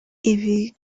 ibi